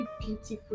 beautiful